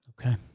Okay